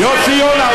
יוסי יונה,